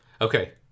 Okay